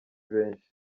benshi